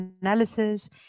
analysis